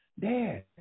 Dad